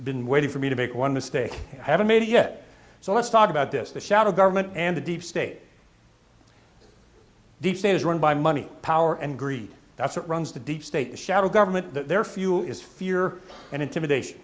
been waiting for me to make one mistake i haven't made it yet so let's talk about this the shadow government and the deep state the state is run by money power and greed that's what runs the deep state a shadow government there for you is fear and intimidation